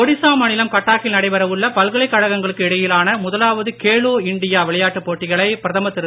ஒடிஷா மாநிலம் கட்டாக் கில் நடைபெற உள்ள பல்கலைக் கழகங்களுக்கு இடையிலான முதலாவது கேலோ இண்டியா விளையாட்டுப் போட்டிகளை பிரதமர் திரு